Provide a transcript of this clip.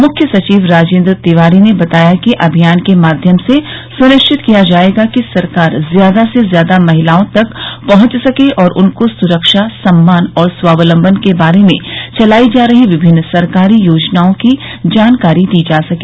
मुख्य सचिव राजेन्द्र तिवारी ने बताया कि अमियान के माध्यम से सुनिश्चित किया जायेगा कि सरकार ज्यादा से ज्यादा महिलाओं तक पहुंच सके और उनको सुरक्षा सम्मान और स्वावलंबन के बारे में चलाई जा रहीं विभिन्न सरकारी योजनाओं की जानकारी दी जा सके